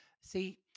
See